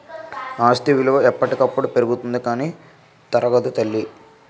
ఆస్తి విలువ ఎప్పటికప్పుడు పెరుగుతుంది కానీ తరగదు తల్లీ